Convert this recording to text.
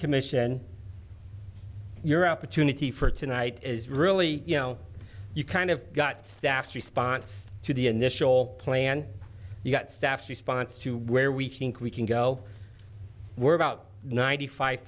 commission your opportunity for tonight is really you know you kind of got staff response to the initial plan you got staffs response to where we think we can go we're about ninety five